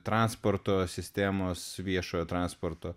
transporto sistemos viešojo transporto